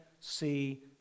see